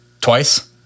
Twice